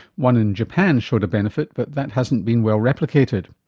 one in japan showed a benefit but that hasn't been well replicated.